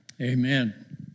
Amen